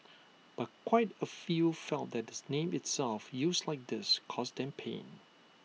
but quite A few felt that this name itself used like this caused them pain